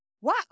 Wow